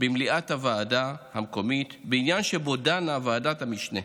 במליאת הוועדה המקומית בעניין שבו דנה ועדת המשנה.